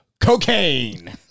Cocaine